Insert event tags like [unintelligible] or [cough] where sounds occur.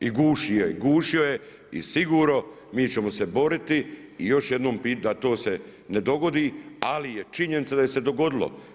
I guši je i gušio ju je i sigurno mi ćemo se boriti i još jednom … [unintelligible] da to se ne dogodi ali je činjenica da je se dogodilo.